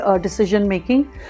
decision-making